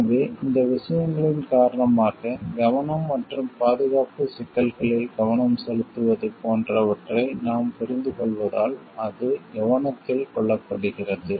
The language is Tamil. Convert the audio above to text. எனவே இந்த விஷயங்களின் காரணமாக கவனம் மற்றும் பாதுகாப்பு சிக்கல்களில் கவனம் செலுத்துவது போன்றவற்றை நாம் புரிந்துகொள்வதால் அது கவனத்தில் கொள்ளப்படுகிறது